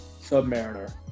Submariner